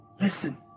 listen